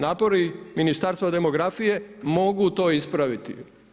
Napori Ministarstva demografije mogu to ispraviti.